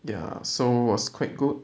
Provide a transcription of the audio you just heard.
ya so was quite good